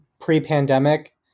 pre-pandemic